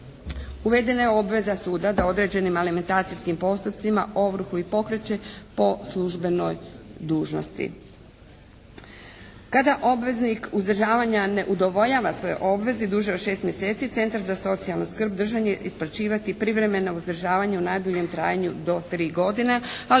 Uvedena je obveza suda da određenim alimentacijskim postupcima ovrhu i pokreće po službenoj dužnosti. Kada obveznik uzdržavanja ne udovoljava svojoj obvezi duže od 6 mjeseci Centar za socijalnu skrb dužan je isplaćivati privremeno uzdržavanje u najduljem trajanju do 3 godine ali